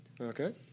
Okay